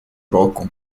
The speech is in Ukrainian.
року